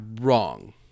wrong